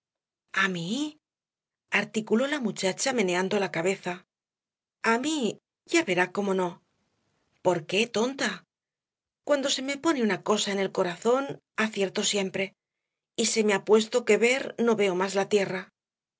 mí articuló la muchacha meneando la cabeza a mí ya verá como no por qué tonta cuando se me pone una cosa en el corazón acierto siempre y se me ha puesto que ver no veo más la tierra